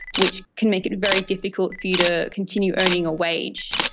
which can make it very difficult you to continue earning a wage.